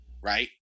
right